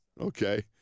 okay